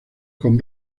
con